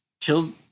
till